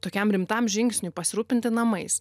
tokiam rimtam žingsniui pasirūpinti namais